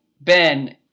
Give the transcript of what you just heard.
Ben